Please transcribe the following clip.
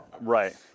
right